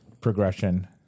progression